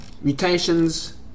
Mutations